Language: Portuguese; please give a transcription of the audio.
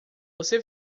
você